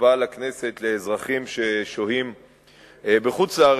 הצבעה לכנסת לאזרחים ששוהים בחוץ-לארץ,